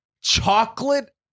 chocolate